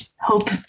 hope